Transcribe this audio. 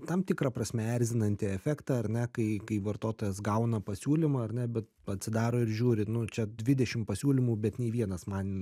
tam tikra prasme erzinantį efektą ar ne kai kai vartotojas gauna pasiūlymą ar ne bet atsidaro ir žiūri nu čia dvidešim pasiūlymų bet nei vienas man